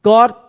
God